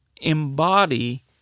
embody